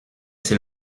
c’est